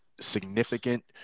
significant